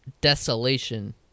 desolation